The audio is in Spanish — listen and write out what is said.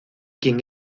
quien